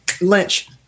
lynch